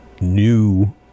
new